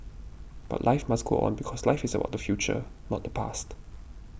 but life must go on because life is about the future not the past